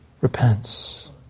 repents